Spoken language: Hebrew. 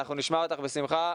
נשמע אותך בשמחה,